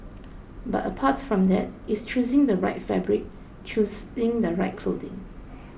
but apart from that it's choosing the right fabric choosing the right